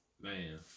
Man